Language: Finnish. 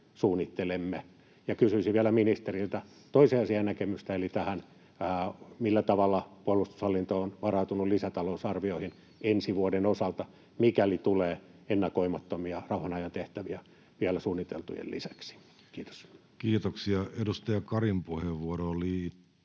suunnittelemme. Kysyisin vielä ministeriltä toiseen asiaan näkemystä eli tähän: millä tavalla puolustushallinto on varautunut lisätalousarvioihin ensi vuoden osalta, mikäli tulee ennakoimattomia rauhanajan tehtäviä vielä suunniteltujen lisäksi? — Kiitos. Kiitoksia. — Edustaja Karin puheenvuoroon liittyen